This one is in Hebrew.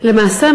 למעשה,